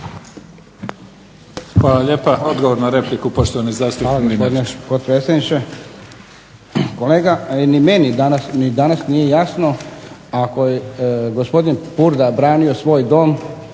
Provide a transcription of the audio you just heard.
Hvala lijepa. Odgovor na repliku poštovani zastupnik